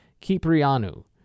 Kiprianu